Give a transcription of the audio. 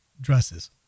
dresses